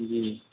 جی